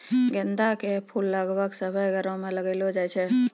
गेंदा के फूल लगभग सभ्भे घरो मे लगैलो जाय छै